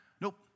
Nope